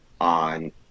on